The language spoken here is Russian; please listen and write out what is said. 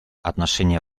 отношения